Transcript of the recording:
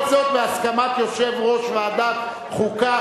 כל זאת בהסכמת יושב-ראש ועדת החוקה,